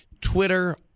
Twitter